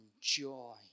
joy